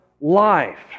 life